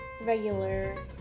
regular